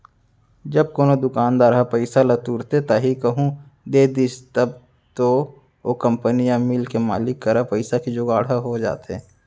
जब कोनो दुकानदार ह पइसा ल तुरते ताही कहूँ दे दिस तब तो ओ कंपनी या मील के मालिक करा पइसा के जुगाड़ ह हो जाथे